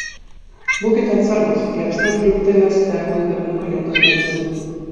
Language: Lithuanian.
būkite atsargūs liepsna pliūptelės deglui dar nepalietus benzino